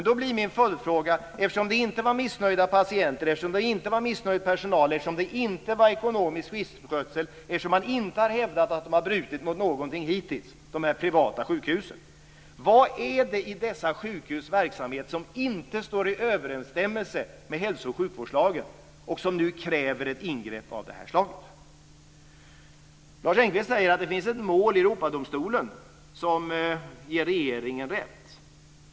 Då blir min följdfråga: Eftersom det inte var missnöjda patienter, eftersom det inte var missnöjd personal, eftersom det inte var ekonomisk misskötsel och eftersom man inte har hävdat att de privata sjukhusen har brutit emot någonting hittills - vad är det i dessa sjukhus verksamhet som inte står i överensstämmelse med hälso och sjukvårdslagen och som nu kräver ett ingrepp av det här slaget? Lars Engqvist säger att det finns ett mål i Europadomstolen som ger regeringen rätt.